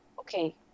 okay